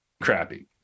crappy